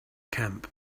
camp